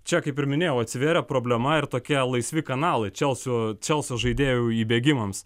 čia kaip ir minėjau atsivėrė problema ir tokie laisvi kanalai čelsio čelsio žaidėjų įbėgimams